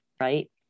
right